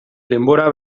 denbora